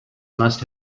must